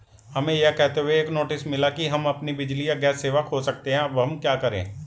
हमें यह कहते हुए एक नोटिस मिला कि हम अपनी बिजली या गैस सेवा खो सकते हैं अब हम क्या करें?